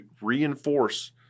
reinforce